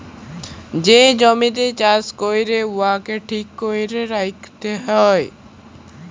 যে জমিতে চাষ ক্যরে উয়াকে ঠিক ক্যরে রাইখতে হ্যয়